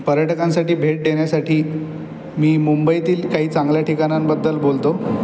पर्यटकांसाठी भेट देण्यासाठी मी मुंबईतील काही चांगल्या ठिकाणांबद्दल बोलतो